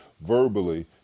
verbally